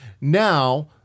Now